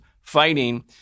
fighting